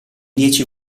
dieci